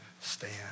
stand